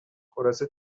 خلاصه